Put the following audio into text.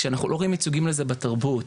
כשאנחנו לא רואים ייצוגים לזה בתרבות,